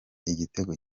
igitego